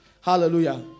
Hallelujah